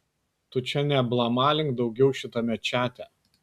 tu čia neablamalink daugiau šitame čate